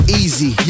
easy